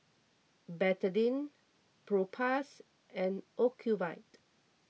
Betadine Propass and Ocuvite